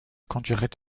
conduirait